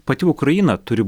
pati ukraina turi